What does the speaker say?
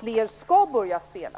fler skall börja spela?